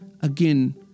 Again